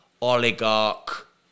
oligarch